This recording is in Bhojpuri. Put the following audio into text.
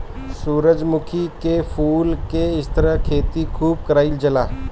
सूरजमुखी के फूल के इहां खेती खूब कईल जाला